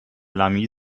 lamy